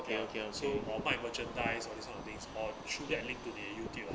ya so or 卖 merchandise all these kinds of things or through that link to the youtube ah